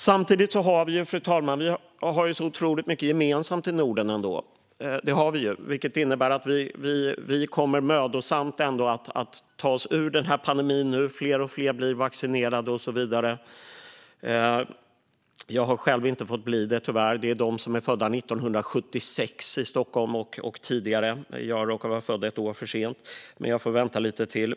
Samtidigt har vi otroligt mycket gemensamt i Norden, fru talman. Vi kommer mödosamt att ta oss ur pandemin. Fler och fler blir vaccinerade. Jag själv har tyvärr inte fått bli det - det gäller dem i Stockholm som är födda 1976 eller tidigare. Jag råkar vara född ett år för sent; jag får vänta lite till.